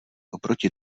oproti